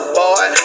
boy